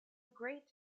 great